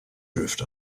drift